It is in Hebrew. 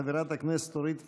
חברת הכנסת אורית פרקש-הכהן.